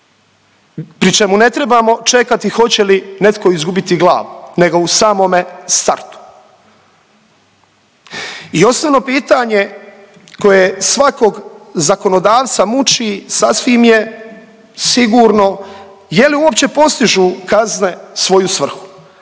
pri čemu ne trebamo čekati hoće li netko izgubiti glavu nego u samome startu. I osnovo pitanje koje svakog zakonodavca muči sasvim je sigurno je li uopće postižu kazne svoju svrhu